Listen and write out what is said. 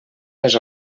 les